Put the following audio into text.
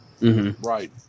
Right